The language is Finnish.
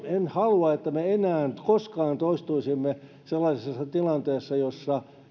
en halua että me enää koskaan toistuisimme sellaisessa tilanteessa jossa